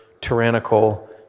tyrannical